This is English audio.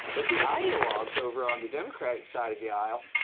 but the ideologues over on the democratic side of the aisle,